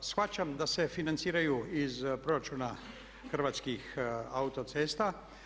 Shvaćam da se financiraju iz proračuna Hrvatskih autocesta.